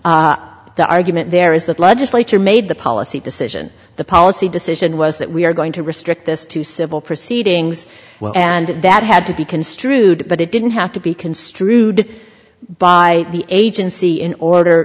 the argument there is that the legislature made the policy decision the policy decision was that we are going to restrict this to civil proceedings and that had to be construed but it didn't have to be construed by the agency in order